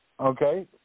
Okay